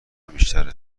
بیشتره